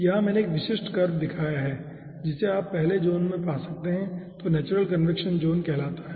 यहां मैंने एक विशिष्ट कर्व दिखाया है जिसे आप पहले ज़ोन में पा सकते हैं जो नेचुरल कन्वेक्शन ज़ोन कहलाता है